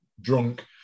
drunk